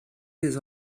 des